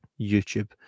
YouTube